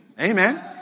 Amen